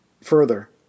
Further